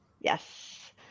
yes